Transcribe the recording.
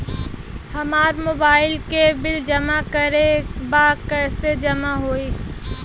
हमार मोबाइल के बिल जमा करे बा कैसे जमा होई?